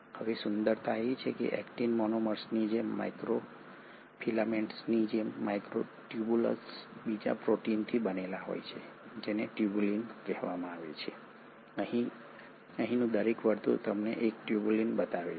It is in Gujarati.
હવે સુંદરતા એ છે કે એક્ટીન મોનોમર્સની જેમ માઇક્રોફિલામેન્ટ્સની જેમ જ માઇક્રોટ્યૂબ્યુલ્સ બીજા પ્રોટીનથી બનેલા હોય છે જેને ટ્યુબ્યુલિન કહેવામાં આવે છે અને અહીંનું દરેક વર્તુળ તમને એક ટ્યુબ્યુલિન બતાવે છે